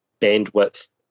bandwidth